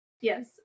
Yes